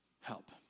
help